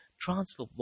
Transfer